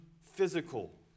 physical